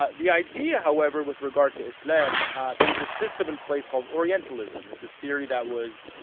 ah the idea, however, with regard to islam there was a system in place called orientalism. it's this theory that was,